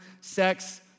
sex